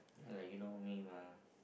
[alah] you know me mah